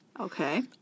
Okay